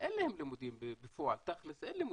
אין להם לימודים בפועל, תכלס אין לימודים,